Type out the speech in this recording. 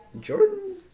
Jordan